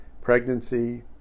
pregnancy